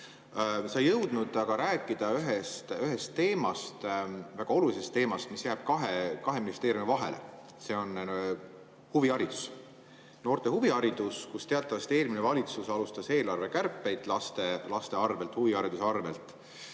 Sa ei jõudnud aga rääkida ühest teemast, väga olulisest teemast, mis jääb kahe ministeeriumi vahele. See on huviharidus, noorte huviharidus, kus teatavasti eelmine valitsus alustas eelarvekärpeid – laste arvel, huvihariduse arvel.